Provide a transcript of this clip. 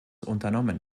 unternommen